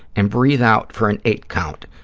and breathe out for an eight count.